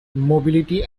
mobility